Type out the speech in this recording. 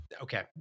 Okay